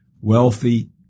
wealthy